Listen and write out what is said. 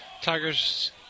Tigers